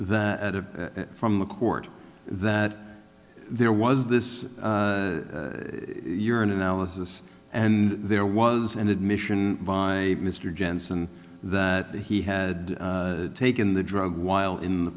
that from the court that there was this urine analysis and there was an admission by mr jensen that he had taken the drug while in the